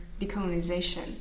decolonization